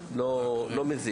זה לא מזיק.